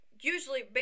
usually